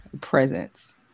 presence